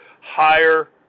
higher